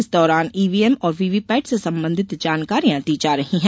इस दौरान ईवीएम और वीवीपैट से संबंधित जानकारियां दी जा रही है